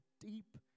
deep